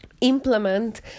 implement